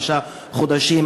חמישה חודשים.